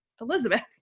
Elizabeth